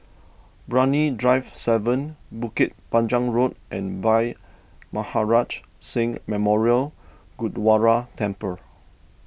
Brani Drive seven Bukit Panjang Road and Bhai Maharaj Singh Memorial Gurdwara Temple